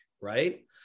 Right